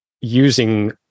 using